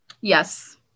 Yes